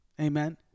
Amen